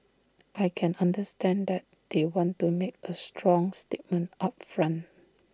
I can understand that they want to make A strong statement up front